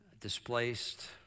displaced